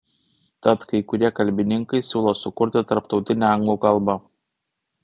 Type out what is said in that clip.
tad kai kurie kalbininkai siūlo sukurti tarptautinę anglų kalbą